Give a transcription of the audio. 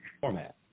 format